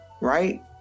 right